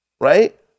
right